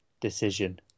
decision